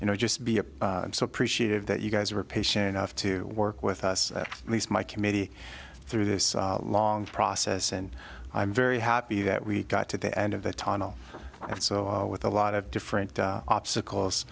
you know just be a so appreciative that you guys are patient enough to work with us at least my committee through this long process and i'm very happy that we got to the end of the tunnel so with a lot of different obstacles